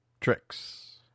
tricks